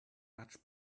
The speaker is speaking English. much